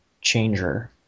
changer